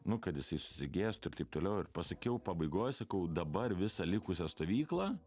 nu kad jisai susigėstu ir taip toliau ir pasakiau pabaigoj sakau dabar visą likusią stovyklą